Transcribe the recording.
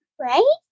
right